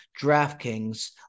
DraftKings